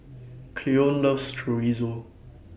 Cleone loves Chorizo